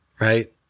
right